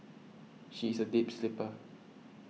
she is a deep sleeper